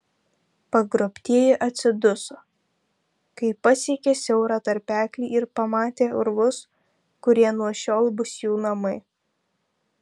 pagrobtieji atsiduso kai pasiekė siaurą tarpeklį ir pamatė urvus kurie nuo šiol bus jų namai